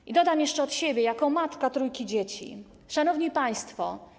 I dodam jeszcze od siebie, jako matka trójki dzieci: Szanowni Państwo!